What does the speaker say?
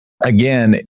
again